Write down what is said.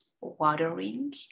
watering